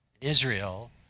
Israel